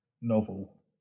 novel